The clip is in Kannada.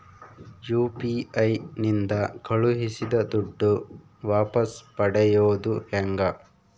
ಯು.ಪಿ.ಐ ನಿಂದ ಕಳುಹಿಸಿದ ದುಡ್ಡು ವಾಪಸ್ ಪಡೆಯೋದು ಹೆಂಗ?